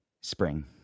spring